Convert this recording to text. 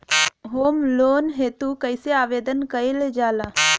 Home loan हेतु कइसे आवेदन कइल जाला?